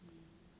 mm